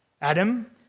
Adam